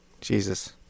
Jesus